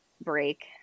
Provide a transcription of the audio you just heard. break